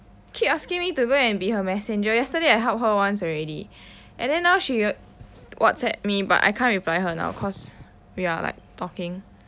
keep asking me to go and be her messenger yesterday I help her once already and then now she whatsapp me but I can't reply her now cause we are like talking